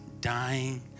dying